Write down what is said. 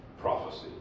prophecy